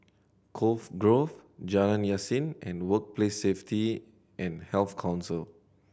Cove Grove Jalan Yasin and Workplace Safety and Health Council